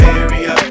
area